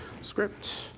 script